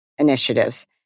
Initiatives